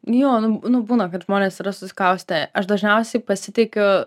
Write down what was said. jo nu nu būna kad žmonės yra susikaustę aš dažniausiai pasitikiu